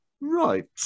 Right